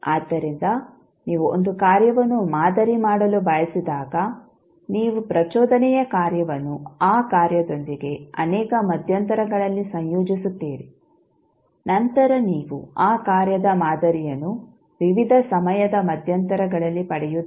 ಆದ್ದರಿಂದ ನೀವು ಒಂದು ಕಾರ್ಯವನ್ನು ಮಾದರಿ ಮಾಡಲು ಬಯಸಿದಾಗ ನೀವು ಪ್ರಚೋದನೆಯ ಕಾರ್ಯವನ್ನು ಆ ಕಾರ್ಯದೊಂದಿಗೆ ಅನೇಕ ಮಧ್ಯಂತರಗಳಲ್ಲಿ ಸಂಯೋಜಿಸುತ್ತೀರಿ ನಂತರ ನೀವು ಆ ಕಾರ್ಯದ ಮಾದರಿಯನ್ನು ವಿವಿಧ ಸಮಯದ ಮಧ್ಯಂತರಗಳಲ್ಲಿ ಪಡೆಯುತ್ತೀರಿ